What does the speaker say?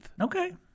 Okay